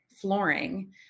flooring